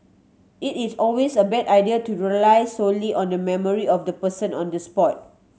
it is always a bad idea to rely solely on the memory of the person on the spot